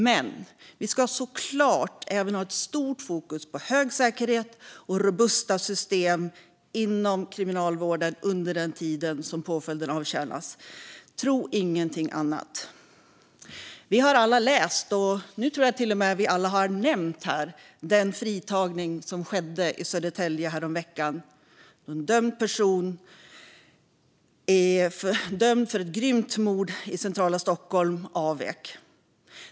Men vi ska såklart även ha ett stort fokus på hög säkerhet och robusta system inom kriminalvården under den tid som påföljden avtjänas. Tro inget annat! Vi har alla läst om - och nu tror jag till och med att vi alla har nämnt - den fritagning som skedde i Södertälje häromveckan när en person som är dömd för ett grymt mord här i centrala Stockholm avvek.